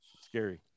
Scary